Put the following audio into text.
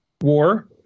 war